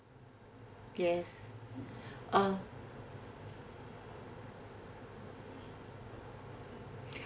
yes uh